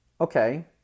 Okay